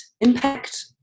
impact